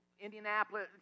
Indianapolis